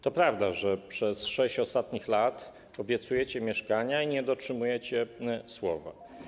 To prawda, że przez 6 ostatnich lat obiecujecie mieszkania i nie dotrzymujecie słowa.